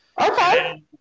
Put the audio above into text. Okay